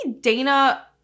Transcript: Dana